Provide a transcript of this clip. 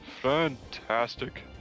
Fantastic